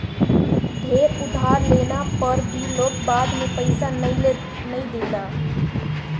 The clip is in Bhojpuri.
ढेर उधार लेहला पअ भी लोग बाद में पईसा नाइ देला